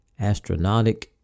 Astronautic